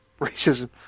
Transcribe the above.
racism